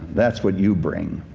that's what you bring.